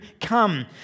come